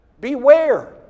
beware